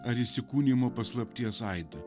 ar įsikūnijimo paslapties aidą